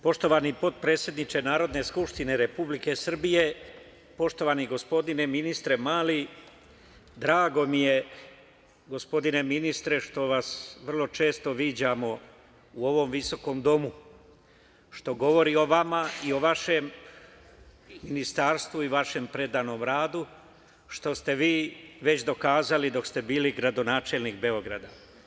Poštovani potpredsedniče Narodne skupštine Republike Srbije, poštovani gospodine ministre Mali, drago mi je, gospodine ministre, što vas vrlo često viđamo u ovom visokom domu, što govori o vama i o vašem ministarstvu i vašem predanom radu, što ste vi već dokazali dok ste bili gradonačelnik Beograda.